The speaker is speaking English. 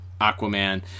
Aquaman